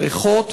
הריחות,